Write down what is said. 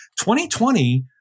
2020